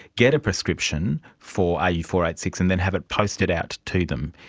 get a prescription for r u four eight six and then have it posted out to them.